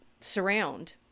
surround